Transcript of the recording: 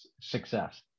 success